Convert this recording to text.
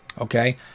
okay